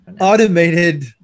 automated